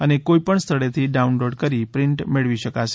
અને કોઈપણ સ્થળેથી ડાઉનલોડ કરી પ્રીન્ટ મેળવી શકાશે